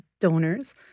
donors